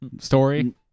story